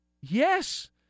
Yes